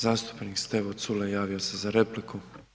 Zastupnik Stevo Culej javio se za repliku.